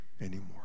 anymore